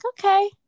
okay